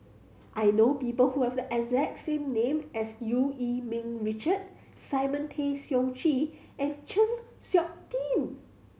I know people who have the exact same name as Eu Yee Ming Richard Simon Tay Seong Chee and Chng Seok Tin